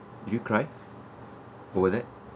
did you cry overnight